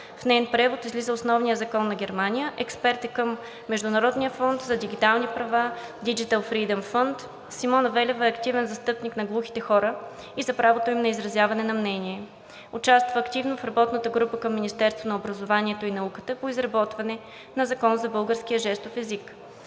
В неин превод излиза Основният закон на Германия. Експерт е към Международния фонд за дигитални права Digital Freedom Fund. Симона Велева е активен застъпник на глухите хора и за правото им на изразяване на мнение. Участва активно в работната група към Министерството на образованието и науката по изработване на Закон за българския жестов език,